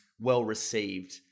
well-received